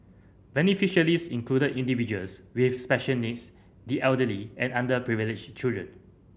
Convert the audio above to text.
included individuals with special needs the elderly and underprivileged children